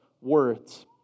words